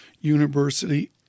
University